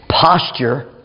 posture